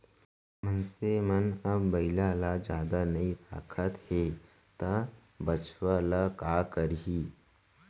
मनसे मन अब बइला ल जादा नइ राखत हें त बछवा ल का करहीं